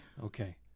okay